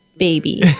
baby